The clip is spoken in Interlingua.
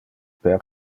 per